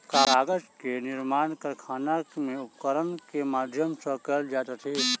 कागज के निर्माण कारखाना में उपकरण के माध्यम सॅ कयल जाइत अछि